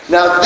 Now